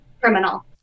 criminal